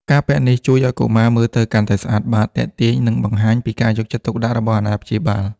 ការពាក់នេះជួយឱ្យកុមារមើលទៅកាន់តែស្អាតបាត ទាក់ទាញ និងបង្ហាញពីការយកចិត្តទុកដាក់របស់អាណាព្យាបាល។